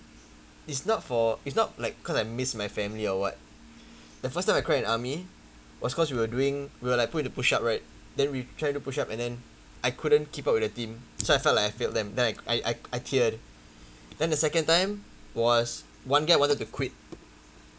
it's not for it's not like because I miss my family or what the first time I cried in army was because we were doing we were like put into push up right then we try and do push up and then I couldn't keep up with the team so I felt like I failed them then I I I teared then the second time was one guy wanted to quit